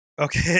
Okay